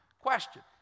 question